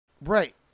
Right